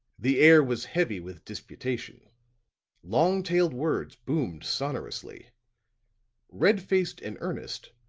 the air was heavy with disputation long-tailed words boomed sonorously red-faced and earnest,